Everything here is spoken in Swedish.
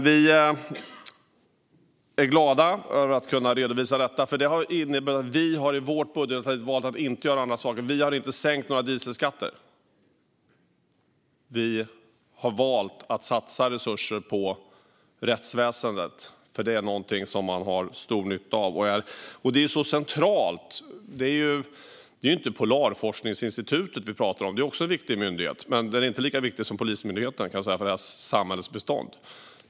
Vi är glada över att kunna redovisa detta, för det har inneburit att vi i vår budget valt att inte göra vissa andra saker. Vi har exempelvis inte sänkt några dieselskatter, utan vi har valt att satsa resurser på rättsväsendet. Det är något som man har stor nytta av, och det är så centralt. Vi talar ju inte om Polarforskningssekretariatet. Det är visserligen också en viktig myndighet, men den är inte lika viktig som Polismyndigheten för samhällets fortbestånd.